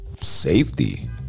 safety